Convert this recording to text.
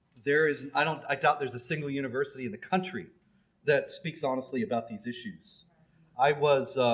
there is i don't i thought there's a single university in the country that speaks honestly about these issues i was